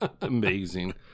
Amazing